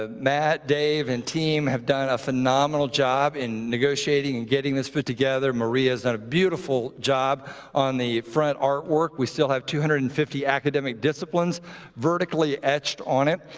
ah matt, dave, and team have done a phenomenal job in negotiating and getting this put together. maria has done a beautiful job on the front artwork. we still have two hundred and fifty academic disciplines vertically etched on it.